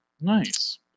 Nice